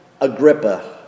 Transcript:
Agrippa